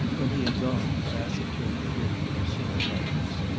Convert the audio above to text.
when he had gone bassett turned to dick with assumed lightness.